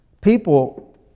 People